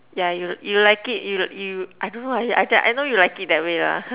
yeah you you like it you you I don't know I I know you like it that way lah